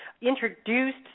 introduced